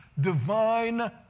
divine